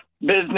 business